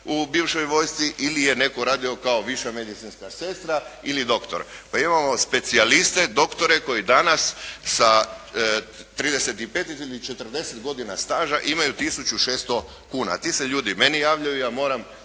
u bivšoj vojsci ili je netko radio kao viša medicinska sestra ili doktor. Pa imamo specijaliste, doktore koji danas sa 35 ili 40 godina staža imaju tisuću i 600 kuna. Ti se ljudi meni javljaju, ja moram